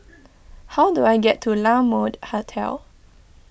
how do I get to La Mode Hotel